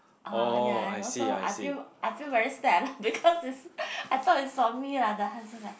ah ya and also I feel I feel very sad lah because it's I thought is for me lah the handsome guy